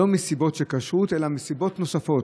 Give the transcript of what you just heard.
לא מסיבות של כשרות אלא מסיבות נוספות.